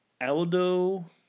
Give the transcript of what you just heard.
Aldo